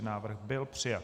Návrh byl přijat.